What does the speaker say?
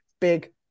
big